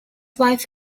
wife